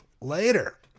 later